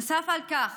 נוסף על כך,